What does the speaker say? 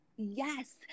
Yes